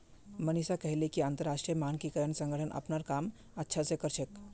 मनीषा कहले कि अंतरराष्ट्रीय मानकीकरण संगठन अपनार काम अच्छा स कर छेक